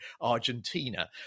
Argentina